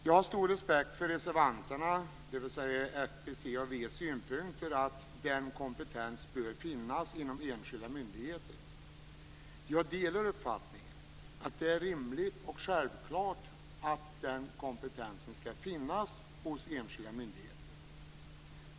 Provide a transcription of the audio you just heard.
Jag har stor respekt för reservanternas, dvs. Folkpartiets, Centerns och Vänsterpartiets, synpunkter att denna kompetens bör finnas inom de enskilda myndigheterna. Jag delar uppfattningen att det är rimligt och självklart att den kompetensen skall finnas hos enskilda myndigheter.